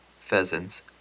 pheasants